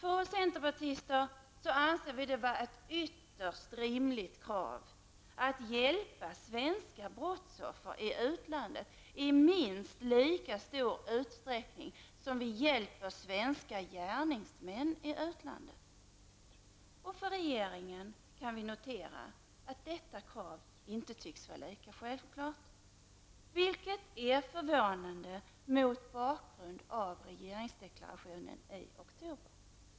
Vi centerpartister anser att det är ett ytterst rimligt krav att man hjälper svenska brottsoffer i utlandet i minst lika stor utsträckning som man hjälper svenska gärningsmän i utlandet. Vi kan notera att detta krav inte tycks vara lika självklart för regeringen, vilket är förvånande mot bakgrund av regeringsdeklarationen i oktober.